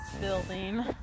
building